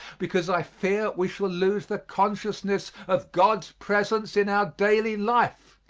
because i fear we shall lose the consciousness of god's presence in our daily life,